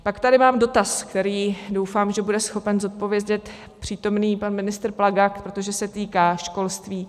Pak tady mám dotaz, který doufám, že bude schopen zodpovědět přítomný pan ministr Plaga, protože se týká školství.